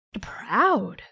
proud